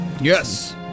Yes